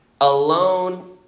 alone